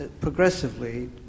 progressively